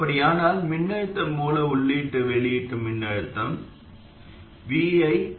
அப்படியானால் மின்னழுத்த மூல உள்ளீட்டுடன் வெளியீட்டு மின்னழுத்தம் viRD||RLRs